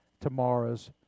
tomorrow's